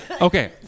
okay